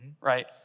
Right